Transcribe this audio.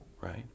right